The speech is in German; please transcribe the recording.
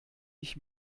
ich